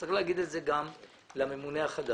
צריך לומר את זה גם לממונה החדש